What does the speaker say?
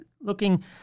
looking